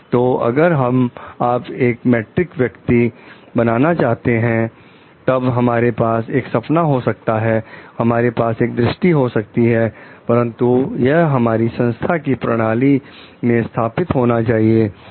तो अगर आप एक मेट्रिक व्यक्ति बनना चाहते हैं तब हमारे पास एक सपना हो सकता है हमारे पास एक दृष्टि हो सकती है परंतु यह हमारी संस्था की प्रणाली में स्थापित होनी चाहिए